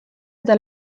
eta